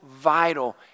vital